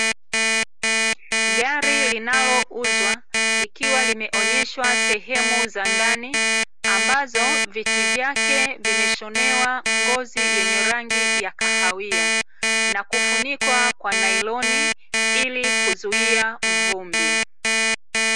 Gari linalouzwa likiwa limeonyeshwa sehemu za ndani, ambazo viti vyake vimeshonewa ngozi yenye rangi ya kahawia, na kufunikwa kwa nailoni ili kuzuia vumbi.